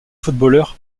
footballeur